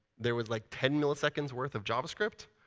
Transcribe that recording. there was like ten milliseconds worth of javascript.